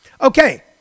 Okay